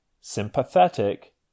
sympathetic